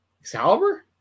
Excalibur